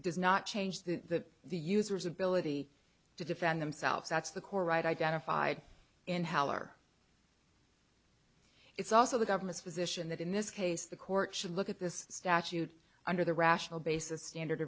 does not change the the user's ability to defend themselves that's the core right identified in heller it's also the government's position that in this case the court should look at this statute under the rational basis standard